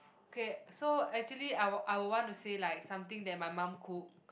okay so actually I would I would want to say like something that my mum cook